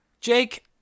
jake